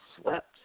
swept